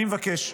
אני מבקש,